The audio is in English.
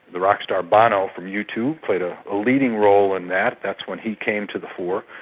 the rockstar bono from u two played a leading role in that, that's when he came to the fore,